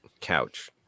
Couch